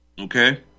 Okay